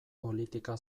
politika